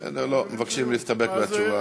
לא, מבקשים להסתפק בתשובה.